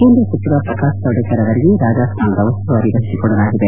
ಕೇಂದ್ರ ಸಚಿವ ಪ್ರಕಾಶ್ ಜಾವಡೇಕರ್ ಅವರಿಗೆ ರಾಜಸ್ತಾನದ ಉಸ್ತುವಾರಿ ವಹಿಸಿಕೊಡಲಾಗಿದೆ